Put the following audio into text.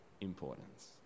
importance